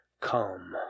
come